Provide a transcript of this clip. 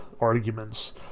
arguments